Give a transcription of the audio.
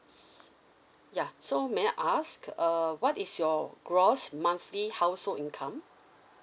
s~ yeah so may I ask uh what is your gross monthly household income